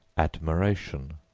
admiration,